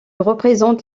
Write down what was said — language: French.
représente